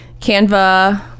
Canva